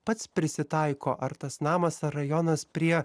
pats prisitaiko ar tas namas ar rajonas prie